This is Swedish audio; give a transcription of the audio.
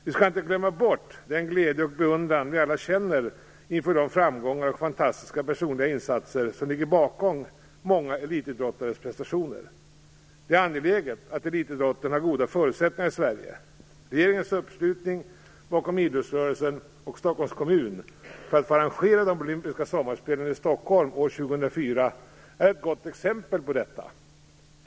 Vi skall inte glömma bort den glädje och beundran vi alla känner inför de framgångar och fantastiska personliga insatser som ligger bakom många elitidrottares prestationer. Det är angeläget att elitidrotten har goda förutsättningar i Sverige. Regeringens uppslutning bakom idrottsrörelsen och Stockholms kommun för att få arrangera de olympiska sommarspelen i Stockholm år 2004 är ett gott exempel på detta.